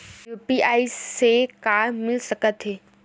UPI से का मिल सकत हे?